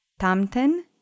Tamten